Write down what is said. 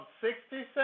sixty-seven